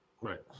Right